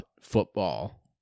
football